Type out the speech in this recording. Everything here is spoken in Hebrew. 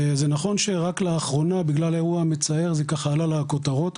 זה נכון שרק לאחרונה בגלל האירוע המצער זה ככה עלה לכותרות,